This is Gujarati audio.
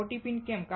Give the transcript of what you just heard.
14 પિન કેમ